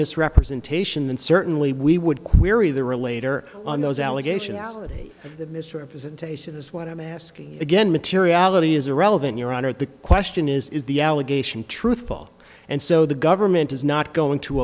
misrepresentation and certainly we would query the relator on those allegation as a misrepresentation is what i'm asking again materiality is irrelevant your honor the question is is the allegation truthful and so the government is not going to